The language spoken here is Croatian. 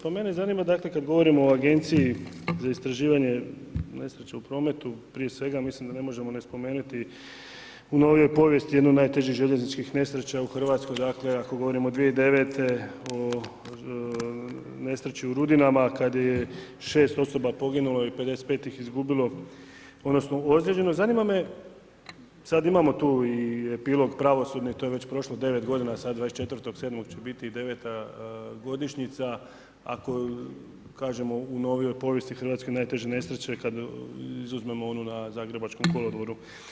Pa mene zanima dakle kad govorimo o Agenciji za istraživanje nesreća u prometu, prije svega mislim da ne možemo ne spomenuti u novijoj povijesti jednoj od najtežih željezničkih nesreća u Hrvatskoj, dakle govorimo o 2009. o nesreći u Rudinama kad je 6 osoba poginulo i 55 ih izgubilo odnosno ozlijeđeno, zanima me, sad imamo tu epilog pravosudne, to je već prošlo 9 g., sad 24.7. će biti 9. godišnjica, ako kažemo u novijoj povijesti Hrvatske najteže nesreće kad izuzmemo onu na zagrebačkom kolodvoru.